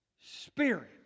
Spirit